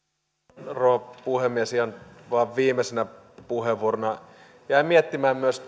arvoisa rouva puhemies ihan vain viimeisenä puheenvuorona jäin myös